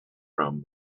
from